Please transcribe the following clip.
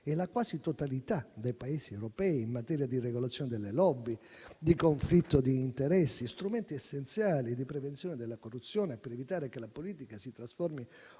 e la quasi totalità dei Paesi europei in materia di regolazione delle *lobby*, di conflitto di interessi, strumenti essenziali di prevenzione della corruzione e per evitare che la politica si trasformi